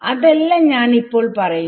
അതല്ല ഞാൻ ഇപ്പോൾ പറയുന്നത്